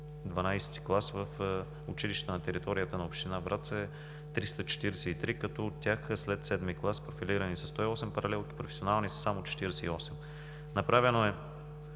12 и клас в училищата на територията на община Враца е 343, като от тях след 7-ми клас профилирани са 108 паралелки, професионални са само 48. Направено е